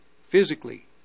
physically